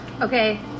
okay